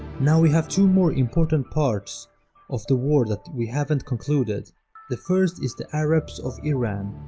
now we have two more important parts of the war that we haven't concluded the first is the arabs of iran.